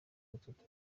butatu